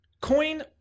Coin